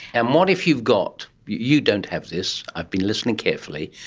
and what if you've got, you don't have this, i've been listening carefully,